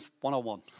one-on-one